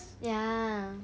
ya